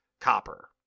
Copper